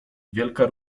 wielka